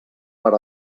per